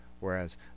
Whereas